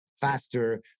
faster